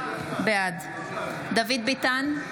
בעד דוד ביטן,